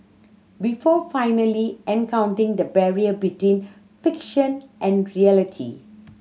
before finally encountering the barrier between fiction and reality